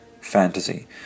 fantasy